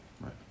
Right